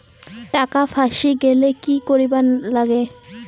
টাকা ফাঁসি গেলে কি করিবার লাগে?